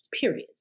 Period